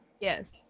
Yes